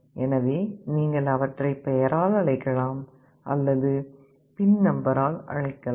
எனவே நீங்கள் அவற்றை பெயரால் அழைக்கலாம் அல்லது பின் நம்பரால் அழைக்கலாம்